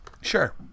Sure